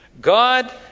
God